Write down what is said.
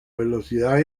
velocidad